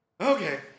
okay